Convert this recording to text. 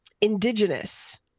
indigenous